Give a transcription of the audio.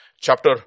chapter